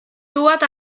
dŵad